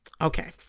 Okay